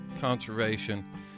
conservation